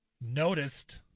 noticed